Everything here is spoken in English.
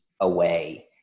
away